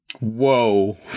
Whoa